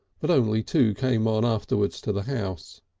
but only two came on afterwards to the house.